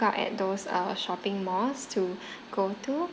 out at those uh shopping malls to go to